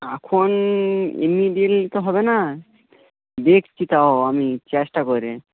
এখন ইমিডিয়েটলি তো হবে না দেখছি তাও আমি চেষ্টা করে